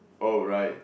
oh right